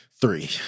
Three